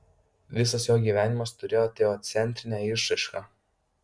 visas jo gyvenimas turėjo teocentrinę išraišką